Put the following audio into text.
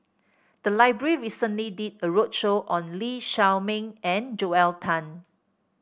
the library recently did a roadshow on Lee Shao Meng and Joel Tan